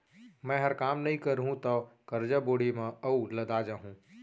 मैंहर काम नइ करहूँ तौ करजा बोड़ी म अउ लदा जाहूँ